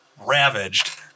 ravaged